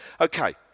Okay